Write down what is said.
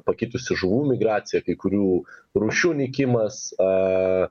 pakitusi žuvų migracija kai kurių rūšių nykimas a